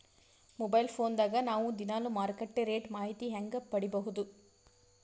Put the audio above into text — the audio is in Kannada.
ಮೊಬೈಲ್ ಫೋನ್ ದಾಗ ನಾವು ದಿನಾಲು ಮಾರುಕಟ್ಟೆ ರೇಟ್ ಮಾಹಿತಿ ಹೆಂಗ ಪಡಿಬಹುದು?